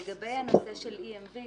לגבי הנושא של EMV,